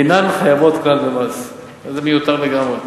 אינן חייבות כלל במס, זה מיותר לגמרי.